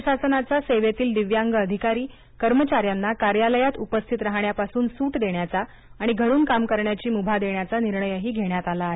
राज्य शासनाच्या सेवेतील दिव्यांग अधिकारी कर्मचाऱ्यांना कार्यालयात उपस्थित राहण्यापासून सूट देण्याचा आणि घरून काम करण्याची मुभा देण्याचा निर्णयही घेण्यात आला आहे